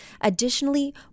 Additionally